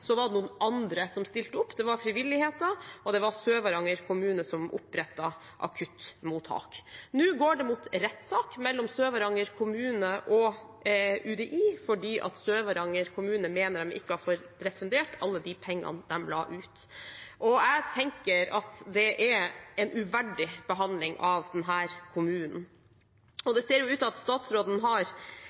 var det noen andre som stilte opp. Det var frivilligheten, og det var Sør-Varanger kommune, som opprettet akuttmottak. Nå går det mot rettssak mellom Sør-Varanger kommune og UDI fordi Sør-Varanger kommune mener de ikke har fått refundert alle de pengene de la ut. Jeg tenker at det er en uverdig behandling av denne kommunen. Det ser ut til at statsråden tidvis har